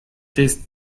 tastes